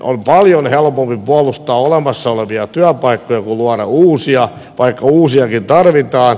on paljon helpompi puolustaa olemassa olevia työpaikkoja kuin luoda uusia vaikka uusiakin tarvitaan